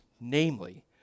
namely